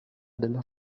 della